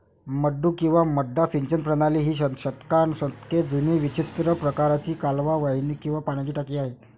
मड्डू किंवा मड्डा सिंचन प्रणाली ही शतकानुशतके जुनी विचित्र प्रकारची कालवा वाहिनी किंवा पाण्याची टाकी आहे